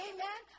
Amen